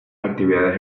actividades